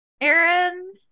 Aaron